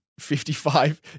55%